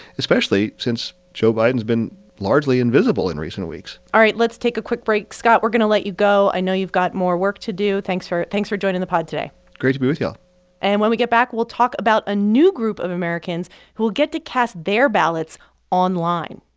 especially since joe but has been largely invisible in recent weeks all right. let's take a quick break. scott, we're going to let you go. i know you've got more work to do. thanks for thanks for joining the pod today great to be with y'all and when we get back, we'll talk about a new group of americans who'll get to cast their ballots online